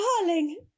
darling